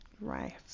Right